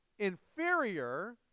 Inferior